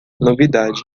novidade